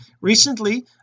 Recently